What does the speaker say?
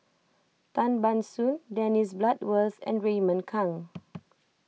Tan Ban Soon Dennis Bloodworth and Raymond Kang